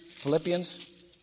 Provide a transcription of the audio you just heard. Philippians